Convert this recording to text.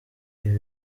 ibi